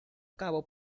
cabo